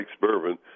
bourbon